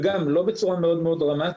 וגם לא בצורה מאוד דרמטית,